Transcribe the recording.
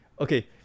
okay